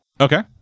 Okay